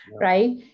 right